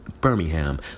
Birmingham